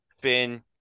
Finn